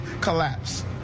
collapse